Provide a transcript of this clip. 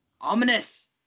ominous